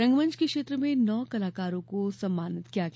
रंगमंच के क्षेत्र में नौ कलाकरों को सम्मानित किया गया